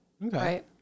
right